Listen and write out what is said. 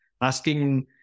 asking